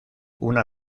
una